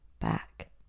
back